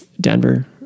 denver